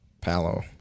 Palo